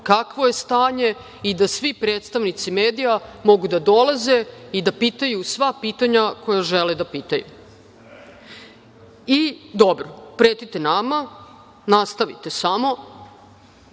kakvo je stanje i da svi predstavnici medija mogu da dolaze i da pitaju sva pitanja koja žele da pitaju. Dobro, pretite nama, nastavite samo,